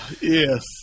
Yes